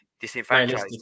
disenfranchised